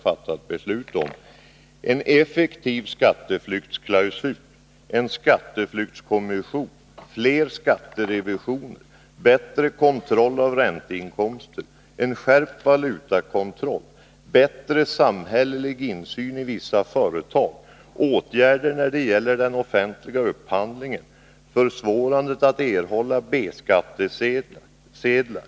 fattat beslut om en effektiv skatteflyktsklausul, en skatteflyktskommission, fler skatterevisioner, bättre kontroll av ränteinkomster, skärpt valutakontroll, bättre samhällelig insyn i vissa företag, åtgärder när det gäller den offentliga upphandlingen och försvårandet av erhållande av B-skattesedlar.